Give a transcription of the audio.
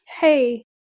hey